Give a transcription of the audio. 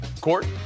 Court